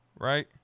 Right